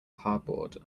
cardboard